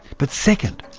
but second,